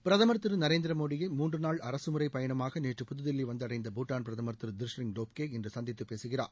பிரதமர் திரு நரேந்திர மோடியை மூன்றுநாள் அரசுமுறை பயணமாக நேற்று புதுதில்லி வந்தனடந்த பூட்டான் பிரதமர் திரு திஷ்ரிய் டோப்கே இன்று சந்தித்து பேசுகிறார்